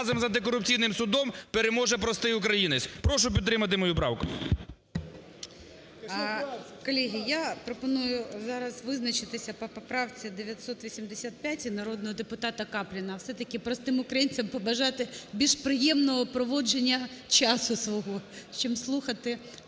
Колеги, я пропоную зараз визначитися по поправці 985 народного депутата Капліна, а все-таки простим українцям побажати більш приємного проводження часу свого чим слухати